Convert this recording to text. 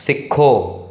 सिखो